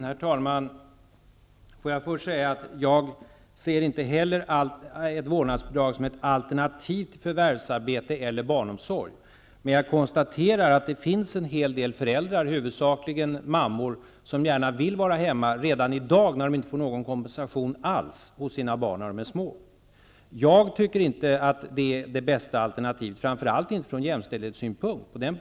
Herr talman! Först vill jag säga att inte heller jag ser vårdnadsbidrag som ett alternativ till förvärvsarbete eller barnomsorg. Jag konstaterar emellertid att det finns en hel del föräldrar, huvudsakligen mammor, som redan i dag när de inte får någon kompensation alls gärna vill vara hemma hos sina barn när de är små. Jag tycker inte att det här förslaget, framför allt inte från jämställdhetssynpunkt, är det bästa alternativet.